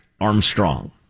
Armstrong